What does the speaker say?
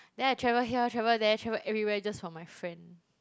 then I travel here travel there travel everywhere just for my friend